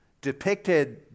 depicted